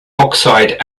oxide